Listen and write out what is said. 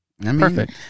perfect